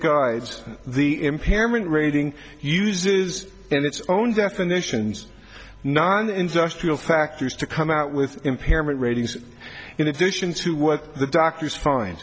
guys the impairment rating use is in its own definitions non industrial factors to come out with impairment ratings in addition to what the doctors fin